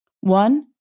One